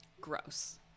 gross